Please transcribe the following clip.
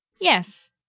Yes